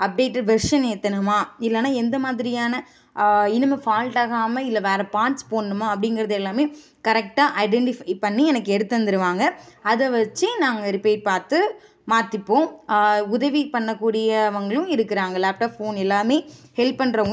update version ஏற்றணுமா இல்லைன்னா எந்தமாதிரியான இனிமேல் ஃபால்ட் ஆகாமல் இல்லை வேற பான்ட்ஸ் போடணுமா அப்படிங்கறது எல்லாமே கரெக்டாக ஐடென்டிஃபை பண்ணி எனக்கு எடுத்து தந்துடுவாங்க அதை வச்சு நாங்கள் ரிப்பேர் பார்த்து மாற்றிப்போம் உதவி பண்ணக்கூடியவங்களும் இருக்கிறாங்க லேப்டாப் ஃபோன் எல்லாமே ஹெல்ப் பண்ணுறவுங்க